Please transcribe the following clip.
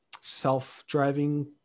self-driving